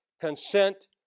consent